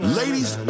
ladies